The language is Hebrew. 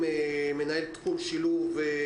מערכת החינוך הגיעה למצב שהיא הופתעה ממנו,